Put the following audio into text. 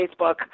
Facebook